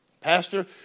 Pastor